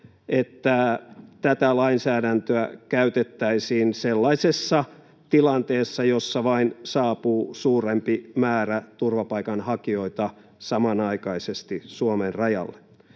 että tätä lainsäädäntöä käytettäisiin sellaisessa tilanteessa, jossa vain saapuu suurempi määrä turvapaikanhakijoita samanaikaisesti Suomen rajalle.